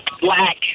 black